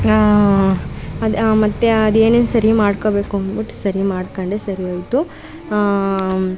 ಮತ್ತು ಅದೇನೇನು ಸರಿ ಮಾಡ್ಕೊಬೇಕು ಅಂದ್ಬಿಟ್ಟು ಸರಿ ಮಾಡ್ಕೊಂಡೆ ಸರಿ ಹೋಯ್ತು